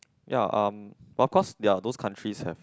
ya um but of course there are those countries have